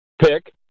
pick